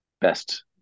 best